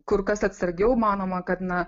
kur kas atsargiau manoma kad na